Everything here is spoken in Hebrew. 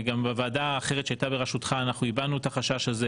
בוועדה אחרת שהייתה בראשותך הבענו את החשש הזה